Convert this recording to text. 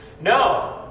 No